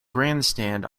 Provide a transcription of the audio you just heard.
grandstand